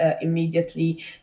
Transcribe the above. immediately